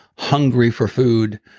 hungry for food.